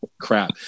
crap